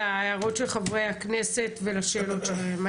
להערות של חברי הכנסת ולשאלות שלהם.